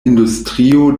industrio